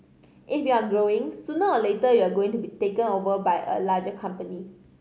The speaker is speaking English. if you're growing sooner or later you are going to be taken over by a larger company